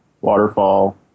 Waterfall